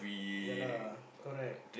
ya lah correct